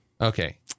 Okay